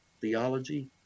theology